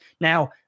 Now